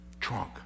trunk